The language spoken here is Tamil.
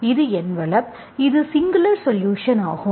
இது என்வெலப் இது சிங்குலர் சொலுஷன் ஆகும்